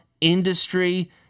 industry